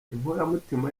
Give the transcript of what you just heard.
inkoramutima